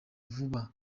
vuba